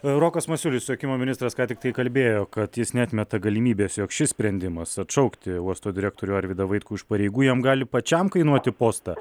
rokas masiulis susiekimo ministras ką tiktai kalbėjo kad jis neatmeta galimybės jog šis sprendimas atšaukti uosto direktorių arvydą vaitkų iš pareigų jam gali pačiam kainuoti postą